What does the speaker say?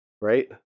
Right